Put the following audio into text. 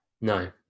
No